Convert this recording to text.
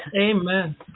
amen